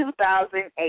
2008